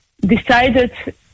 decided